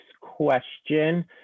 question